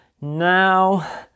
now